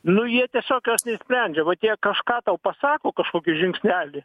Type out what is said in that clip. nu jie tiesiog jos neišsprendžia vat jie kažką tau pasako kažkokį žingsnelį